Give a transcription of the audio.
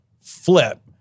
flip